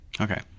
Okay